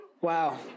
Wow